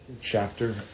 chapter